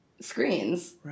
screens